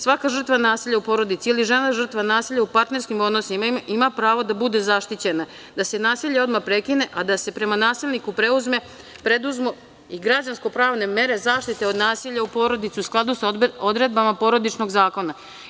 Svaka žrtva nasilja u porodici ili žena žrtva nasilja u partnerskim odnosima ima pravo da bude zaštićena, da se nasilje odmah prekine, a da se prema nasilniku preduzmu i građansko-pravne mere zaštite od nasilja u porodici u skladu sa odredbama Porodičnog zakona.